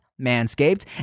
Manscaped